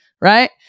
Right